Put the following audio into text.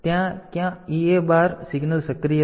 તેથી ત્યાં કયા EA બાર સિગ્નલ સક્રિય થાય છે